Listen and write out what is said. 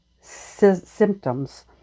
symptoms